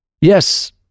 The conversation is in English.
Yes